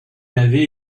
avait